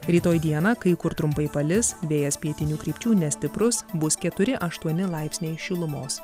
rytoj dieną kai kur trumpai palis vėjas pietinių krypčių nestiprus bus keturi aštuoni laipsniai šilumos